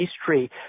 history